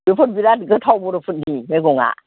बेफोर बिराद गोथाव बर'फोरनि मैगङा